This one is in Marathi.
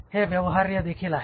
हे व्यवहार्य देखील आहे